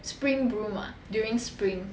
spring bloom ah during spring